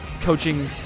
coaching